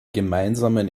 gemeinsamen